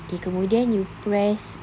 okay kemudian you press